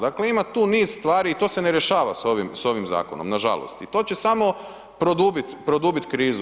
Dakle ima tu niz stvari i to se ne rješava s ovim zakonom, nažalost i to će samo produbiti krizu.